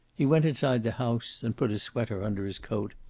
he went inside the house and put a sweater under his coat,